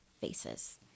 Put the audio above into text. faces